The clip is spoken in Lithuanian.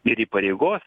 ir įpareigos